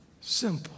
simple